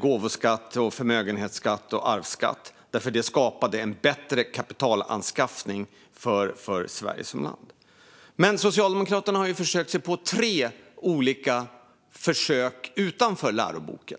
gåvoskatten, förmögenhetsskatten och arvsskatten, eftersom det skapade en bättre kapitalanskaffning för Sverige som land. Socialdemokraterna har ju försökt sig på tre olika försök utanför läroboken.